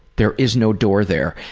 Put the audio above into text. there is no door there.